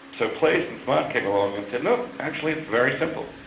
so place and smart came along and said look, actually it's very simple'.